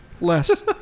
Less